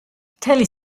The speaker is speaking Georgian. მთელი